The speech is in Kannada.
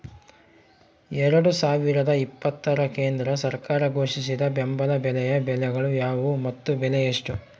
ಎರಡು ಸಾವಿರದ ಇಪ್ಪತ್ತರ ಕೇಂದ್ರ ಸರ್ಕಾರ ಘೋಷಿಸಿದ ಬೆಂಬಲ ಬೆಲೆಯ ಬೆಳೆಗಳು ಯಾವುವು ಮತ್ತು ಬೆಲೆ ಎಷ್ಟು?